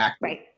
Right